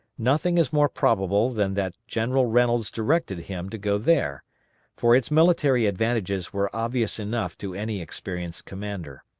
nothing is more probable than that general reynolds directed him to go there for its military advantages were obvious enough to any experienced commander.